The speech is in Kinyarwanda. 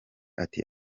ati